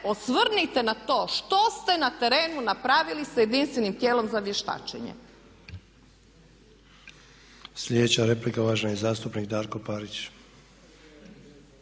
osvrnite na to što ste na terenu napravili sa jedinstvenim tijelom za vještačenje? **Sanader, Ante (HDZ)** Slijedeća replika uvaženi zastupnik Darko Parić.